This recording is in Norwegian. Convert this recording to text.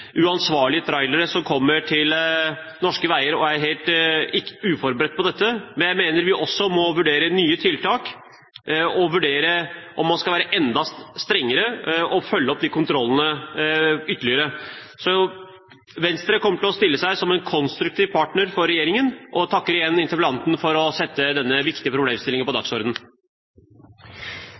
uansvarlige trailersjåfører som kommer til norske veier og er helt uforberedt på norsk vinterføre, men vi må også vurdere nye tiltak og vurdere om man skal være enda strengere og følge opp disse kontrollene ytterligere. Så Venstre kommer til å stille seg som en konstruktiv partner for regjeringen, og jeg takker igjen interpellanten for å sette denne viktige problemstillingen på